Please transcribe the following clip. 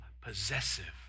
possessive